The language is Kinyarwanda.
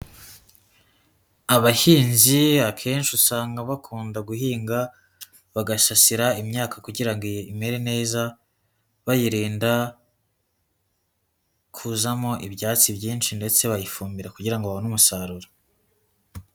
Abahinzi akenshi usanga bakunda guhinga bagasasira imyaka kugira ngo imere neza, bayirinda kuzamo ibyatsi byinshi ndetse bayifumbira kugira ngo babone umusaruro.